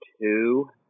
Two